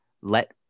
let